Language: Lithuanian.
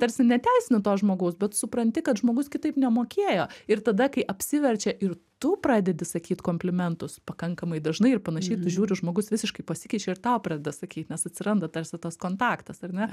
tarsi neteisini to žmogaus bet supranti kad žmogus kitaip nemokėjo ir tada kai apsiverčia ir tu pradedi sakyt komplimentus pakankamai dažnai ir panašiai tu žiūri žmogus visiškai pasikeičia ir tau pradeda sakyt nes atsiranda tarsi tas kontaktas ar ne